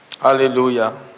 Hallelujah